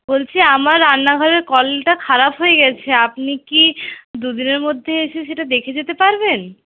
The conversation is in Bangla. বলছি আমার রান্না ঘরের কলটা খারাপ হয়ে গেছে আপনি কি দুদিনের মধ্যে এসে সেটা দেখে যেতে পারবেন